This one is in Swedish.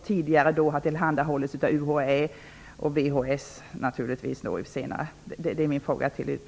Tidigare har sådana saker tillhandahållits av UHÄ och senare naturligtvis av